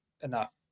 enough